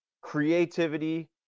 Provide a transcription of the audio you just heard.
creativity